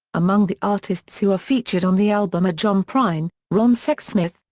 among the artists who are featured on the album are john prine, ron sexsmith,